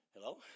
Hello